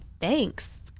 Thanks